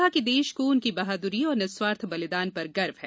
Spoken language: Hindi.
उन्होंने कहा कि देश को उनकी बहाद्री और निस्वार्थ बलिदान पर गर्व है